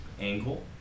angle